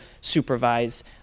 supervise